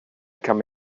come